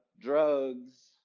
drugs